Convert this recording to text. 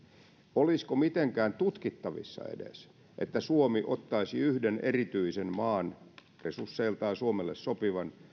olisiko mitenkään tutkittavissa edes että suomi ottaisi yhden erityisen maan resursseiltaan suomelle sopivan